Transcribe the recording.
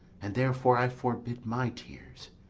and therefore i forbid my tears